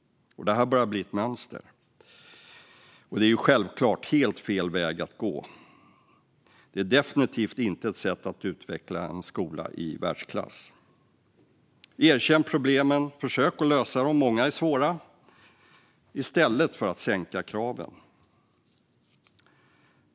Det börjar bli ett mönster. Det är självklart helt fel väg att gå. Det är definitivt inte ett sätt att utveckla en skola i världsklass. Erkänn problemen och försök lösa dem - många är svåra - i stället för att sänka kraven.